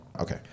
Okay